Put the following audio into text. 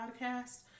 podcast